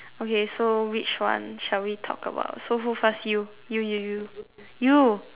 okay so which one shall we talk about so who first you you you you you